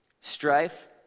strife